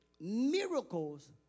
miracles